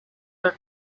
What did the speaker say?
the